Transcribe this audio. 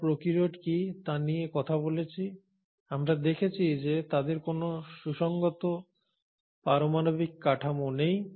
আমরা প্রোক্যারিওট কী তা নিয়ে কথা বলেছি আমরা দেখেছি যে তাদের কোন সুসংজ্ঞাত পারমাণবিক কাঠামো নেই